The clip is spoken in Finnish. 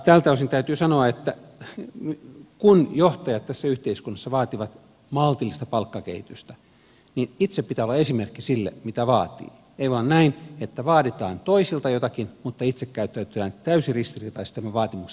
tältä osin täytyy sanoa että kun johtajat tässä yhteiskunnassa vaativat maltillista palkkakehitystä niin itse pitää olla esimerkki siinä mitä vaatii ei vain näin että vaaditaan toisilta jotakin mutta itse käyttäydytään täysin ristiriitaisesti tämän vaatimuksen kanssa